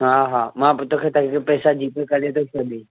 हा हा मां पोइ तोखे पंहिंजा पैसा जीपे करे थो छॾियईं